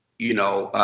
you know.